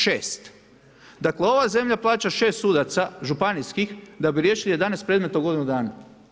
6. Dakle ova zemlja plaća 6 sudaca županijskih da bi riješili 11 predmeta u godinu dana.